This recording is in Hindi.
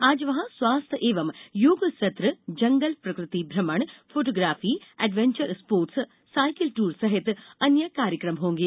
आज वहां स्वास्थ्य एवं योग सत्र जंगल प्रकृति भ्रमण फोटोग्राफी एडवेंचर स्पोर्टस टाइकल टूर सहित अन्य कार्यक्रम होंगे